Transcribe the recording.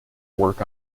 work